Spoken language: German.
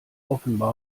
offenbar